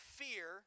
fear